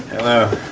hello.